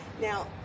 Now